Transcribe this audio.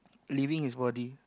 leaving his body